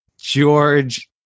george